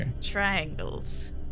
Triangles